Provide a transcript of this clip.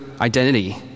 identity